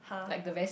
like the best